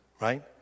right